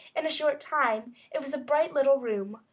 in a short time it was a bright little room,